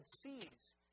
sees